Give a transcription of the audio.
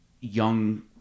young